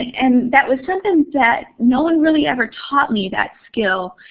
and that was something that no one really ever taught me that skill.